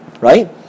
right